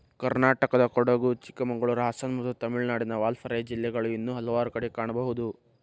ಕರ್ನಾಟಕದಕೊಡಗು, ಚಿಕ್ಕಮಗಳೂರು, ಹಾಸನ ಮತ್ತು ತಮಿಳುನಾಡಿನ ವಾಲ್ಪಾರೈ ಜಿಲ್ಲೆಗಳು ಇನ್ನೂ ಹಲವಾರು ಕಡೆ ಕಾಣಬಹುದು